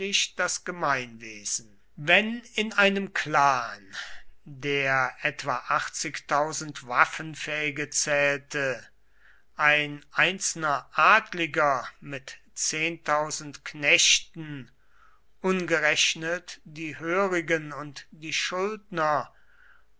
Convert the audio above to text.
das gemeinwesen wenn in einem clan dar etwa waffenfähige zählte ein einzelner adliger mit knechten ungerechnet die hörigen und die schuldner